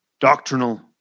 doctrinal